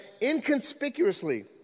inconspicuously